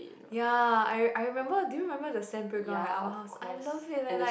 ya I I remember do you remember the sand playground at Ah-Ma house I love it leh like